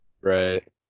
right